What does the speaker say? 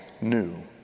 new